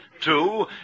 Two